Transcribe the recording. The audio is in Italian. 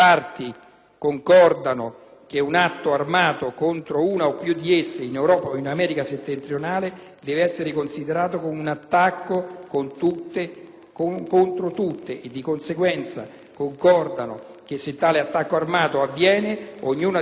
concordano che un attacco armato contro una o più di esse, in Europa o in America settentrionale, deve essere considerato come un attacco contro tutte e di conseguenza concordano che, se tale attacco armato avviene, ognuna di esse,